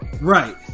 Right